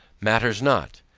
matters not,